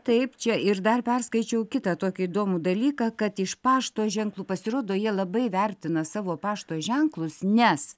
taip čia ir dar perskaičiau kitą tokį įdomų dalyką kad iš pašto ženklų pasirodo jie labai vertina savo pašto ženklus nes